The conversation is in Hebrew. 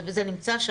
זה נמצא שם,